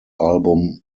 album